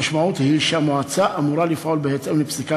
המשמעות היא שהמועצה אמורה לפעול בהתאם לפסיקה